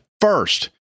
first